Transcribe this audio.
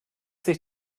sich